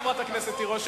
חברת הכנסת תירוש,